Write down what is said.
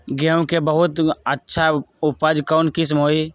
गेंहू के बहुत अच्छा उपज कौन किस्म होई?